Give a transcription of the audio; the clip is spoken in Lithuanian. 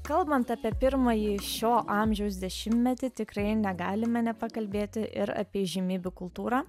kalbant apie pirmąjį šio amžiaus dešimtmetį tikrai negalime nepakalbėti ir apie įžymybių kultūrą